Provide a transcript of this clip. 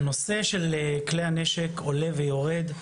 הנושא של כלי הנשק עולה ויורד.